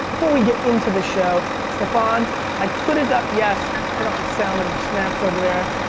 before we get into the show staphon i couldn't, ah yes turn off the sound on your snaps over there,